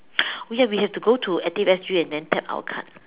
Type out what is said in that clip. oh ya we have to go to active S_G and then tap our card